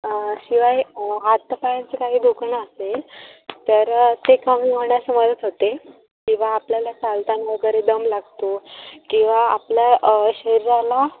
शिवाय हातापायांचं काही दुखणं असेल तर ते कमी होण्यास मदत होते किंवा आपल्याला चालताना वगैरे दम लागतो किंवा आपल्या शरीराला